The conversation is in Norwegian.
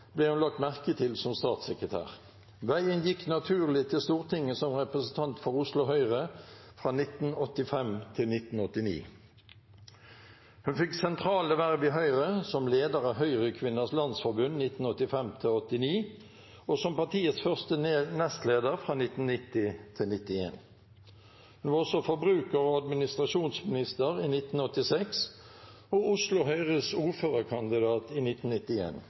ble hun lagt merke til som statssekretær. Veien gikk naturlig til Stortinget som representant for Oslo Høyre fra 1985 til 1989. Hun fikk sentrale verv i Høyre, som leder av Høyrekvinners Landsforbund 1985–1989 og som partiets første nestleder 1990–1991. Hun var også forbruker- og administrasjonsminister i 1986 og Oslo Høyres ordførerkandidat i